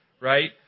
right